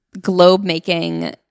globe-making